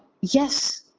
yes